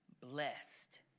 blessed